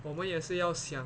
我们也是要想